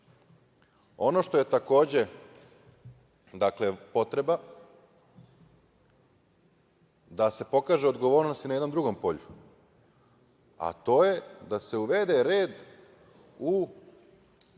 što je, takođe, dakle, potreba da se pokaže odgovornost i na jednom drugom polju, a to je da se uvede red u